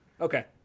Okay